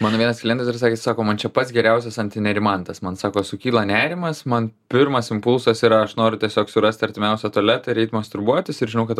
mano vienas klientas ir sakė sako man čia pats geriausias antinerimantas man sako sukyla nerimas man pirmas impulsas yra aš noriu tiesiog surasti artimiausią tualetą ir eit masturbuotis ir žinau kad